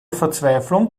verzweiflung